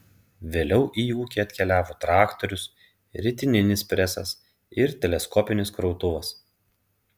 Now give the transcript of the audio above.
vėliau į ūkį atkeliavo traktorius ritininis presas ir teleskopinis krautuvas